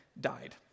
died